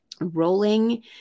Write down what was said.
rolling